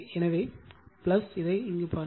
எனவே இதைப் பாருங்கள்